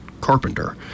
carpenter